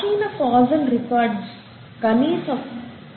ప్రాచీన fossil records కనీసం 3